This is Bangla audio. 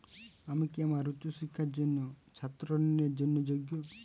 আমি কি আমার উচ্চ শিক্ষার জন্য ছাত্র ঋণের জন্য যোগ্য?